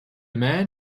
man